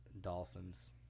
dolphins